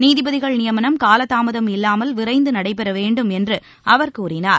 நீதிபதிகள் நியமனம் கால தாமதம் இல்லாமல் விரைந்து நடைபெற வேண்டும் என்று அவர் கூறினார்